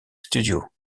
studios